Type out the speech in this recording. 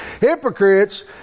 hypocrites